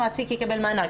המעסיק יקבל מענק.